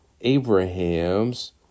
Abraham's